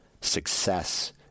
success